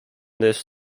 this